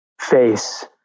face